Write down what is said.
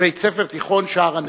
בבית-הספר התיכון "שער הנגב".